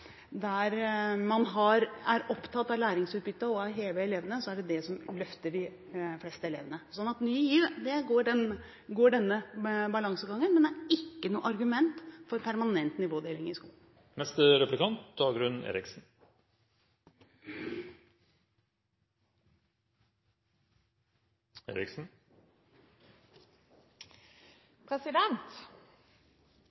man er opptatt av læringsutbytte og av å heve elevene, er det det som løfter de fleste elevene. Ny GIV går denne balansegangen, men det er ikke et argument for permanent nivådeling i skolen.